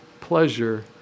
pleasure